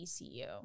ECU